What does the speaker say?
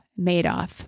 Madoff